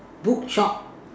bookshop